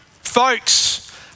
Folks